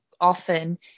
often